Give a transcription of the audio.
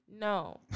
No